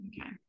okay